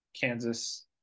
Kansas